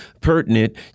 pertinent